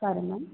sorry ma'am